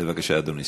בבקשה, אדוני.